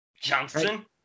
Johnson